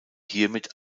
hiermit